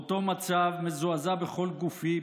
באותו מצב מזועזע בכל גופי,